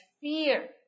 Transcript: fear